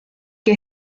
que